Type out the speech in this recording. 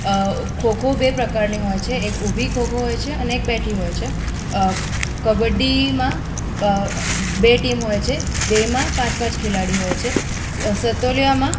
ખો ખો બે પ્રકારની હોય છે એક ઊભી ખો ખો હોય છે અને એક બેઠી હોય છે કબડ્ડીમાં બે ટીમ હોય છે બેયમાં પાંચ પાંચ ખિલાડી હોય છે સતોલિયામાં